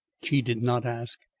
she did not ask,